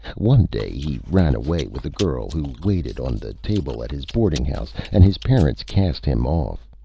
one day he ran away with a girl who waited on the table at his boarding house, and his parents cast him off.